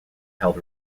held